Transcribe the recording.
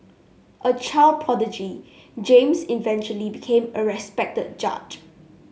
a child prodigy James eventually became a respected judge